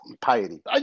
piety